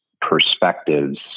perspectives